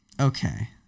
Okay